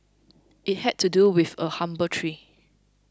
it had to do with a humble tree